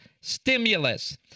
stimulus